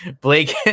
Blake